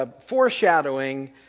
foreshadowing